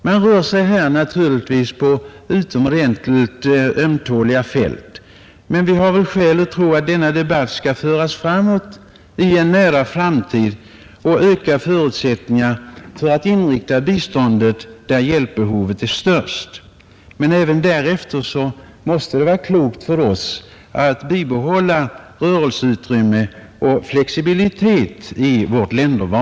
Man rör sig här naturligtvis på utomordentligt ömtåliga fält, men vi har skäl tro att denna debatt skall föras framåt i nära framtid och öka förutsättningarna för att inrikta biståndet där hjälpbehovet är störst. Men även därefter måste det vara klokt för oss att bibehålla rörelseutrymme och flexibilitet i vårt länderval.